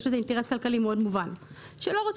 יש לזה אינטרס כלכלי מובן מאוד,